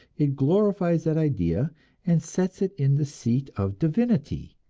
it glorifies that idea and sets it in the seat of divinity.